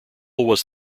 was